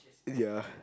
ya